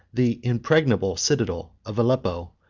the impregnable citadel of aleppo,